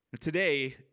Today